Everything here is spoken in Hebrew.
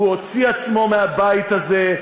הוא הוציא עצמו מהבית הזה,